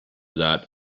that